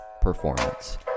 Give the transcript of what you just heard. performance